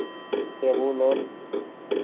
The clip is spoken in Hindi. टेबुल और